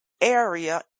area